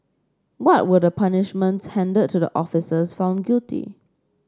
what were the punishments handed to the officers found guilty